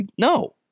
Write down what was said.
No